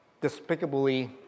despicably